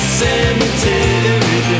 cemetery